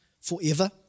forever